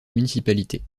municipalité